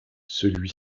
celui